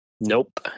nope